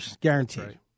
guaranteed